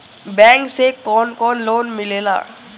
Bank से कौन कौन लोन मिलेला?